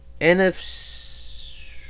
NFC